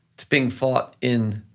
it's being fought in